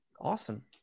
Awesome